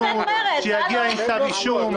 שיגיע עם כתב אישום.